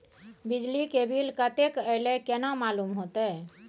बिजली के बिल कतेक अयले केना मालूम होते?